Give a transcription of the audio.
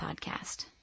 podcast